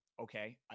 okay